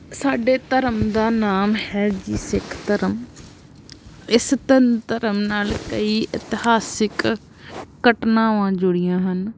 ਸਾਡੇ ਧਰਮ ਦਾ ਨਾਮ ਹੈ ਜੀ ਸਿੱਖ ਧਰਮ ਇਸ ਧ ਧਰਮ ਨਾਲ ਕਈ ਇਤਿਹਾਸਿਕ ਘਟਨਾਵਾਂ ਜੁੜੀਆਂ ਹਨ